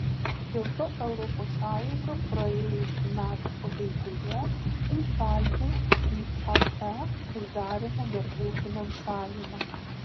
dėl to europos sąjunga praėjusių metų pabaigoje įšaldė iae uždarymo darbų finansavimą